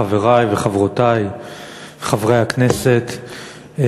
חברי וחברותי חברי הכנסת,